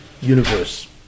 universe